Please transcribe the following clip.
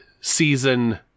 Season